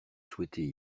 souhaiter